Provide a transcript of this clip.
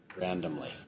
randomly